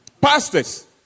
Pastors